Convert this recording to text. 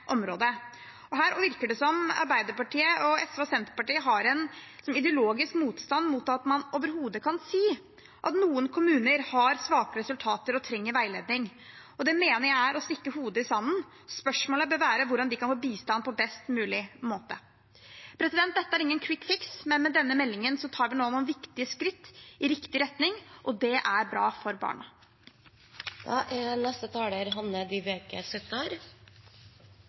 området. Her virker det som om Arbeiderpartiet, SV og Senterpartiet har en ideologisk motstand mot at man overhodet kan si at noen kommuner har svake resultater og trenger veiledning. Det mener jeg er å stikke hodet i sanden. Spørsmålet bør være hvordan de kan få bistand på best mulig måte. Dette er ingen kvikkfiks, men med denne meldingen tar vi nå noen viktige skritt i riktig retning, og det er bra for barna. Alle vet hvor forskjellige barn kan være. Det er